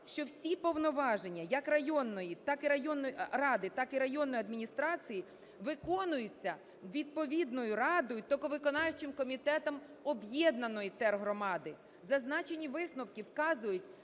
що всі повноваження як районної ради, так районної адміністрації виконуються відповідною радою, тільки виконавчим комітетом об'єднаної тергромади. Зазначені висновки вказують